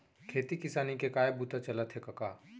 खेती किसानी के काय बूता चलत हे कका?